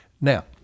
Now